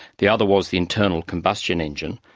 the other was the internal combustion engine.